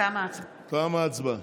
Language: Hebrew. תמה ההצבעה.